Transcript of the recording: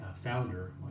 founder